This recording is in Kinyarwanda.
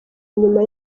nyuma